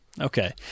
Okay